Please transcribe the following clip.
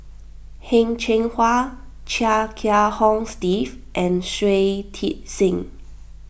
Heng Cheng Hwa Chia Kiah Hong Steve and Shui Tit Sing